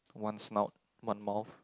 one snout one mouth